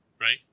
right